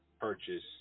purchase